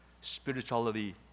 Spirituality